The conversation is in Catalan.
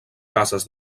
cases